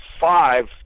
five